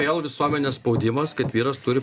vėl visuomenės spaudimas kad vyras turi